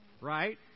right